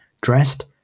dressed